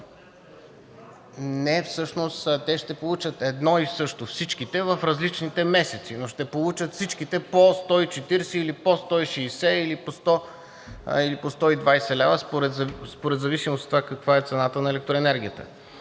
Не, всъщност те ще получат едно и също всичките в различните месеци, но ще получат всичките по 140 или по 160, или по 120 лв., в зависимост от това каква е цената на електроенергията.